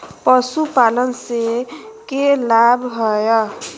पशुपालन से के लाभ हय?